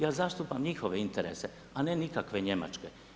Ja zastupam njihove interese, a ne nikakve Njemačke.